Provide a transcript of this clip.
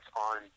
on